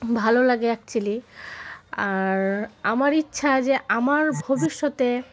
ভালো লাগে অ্যাকচুয়ালি আর আমার ইচ্ছা যে আমার ভবিষ্যতে